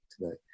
today